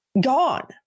gone